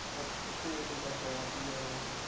a transcendental ideal or,